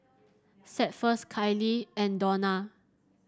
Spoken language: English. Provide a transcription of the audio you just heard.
Cephus Kylie and Dawna